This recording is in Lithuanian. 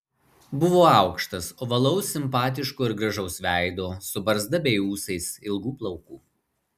buvo aukštas ovalaus simpatiško ir gražaus veido su barzda bei ūsais ilgų plaukų